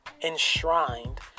enshrined